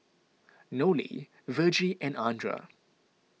Nolie Vergie and andra